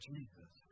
Jesus